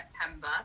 September